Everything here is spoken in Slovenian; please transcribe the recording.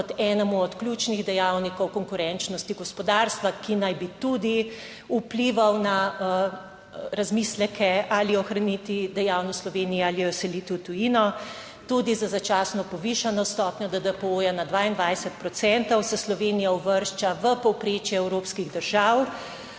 kot enemu od ključnih dejavnikov konkurenčnosti gospodarstva, ki naj bi tudi vplival na razmisleke ali ohraniti dejavnost v Sloveniji ali jo seliti v tujino. Tudi z začasno povišano stopnjo DDPO na 22 procentov se Slovenija uvršča v povprečje evropskih držav.